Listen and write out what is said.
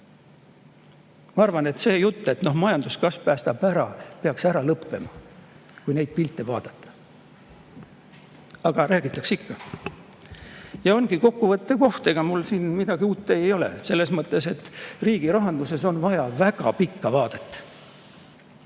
Ma arvan, et see jutt, et [ainuüksi] majanduskasv päästab ära, peaks ära lõppema, kui neid pilte vaadata. Aga räägitakse ikka. Ja ongi kokkuvõtte koht. Ega mul siin midagi uut ei ole. Riigirahanduses on vaja väga pikka vaadet.